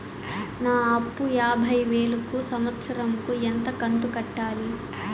నా అప్పు యాభై వేలు కు సంవత్సరం కు ఎంత కంతు కట్టాలి?